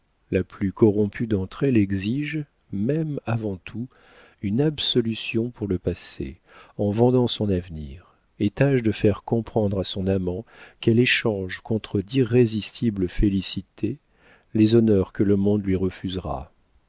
la plus corrompue d'entre elles exige même avant tout une absolution pour le passé en vendant son avenir et tâche de faire comprendre à son amant qu'elle échange contre d'irrésistibles félicités les honneurs que le monde lui refusera